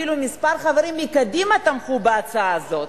אפילו כמה חברים מקדימה תמכו בהצעה הזאת,